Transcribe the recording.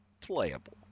Playable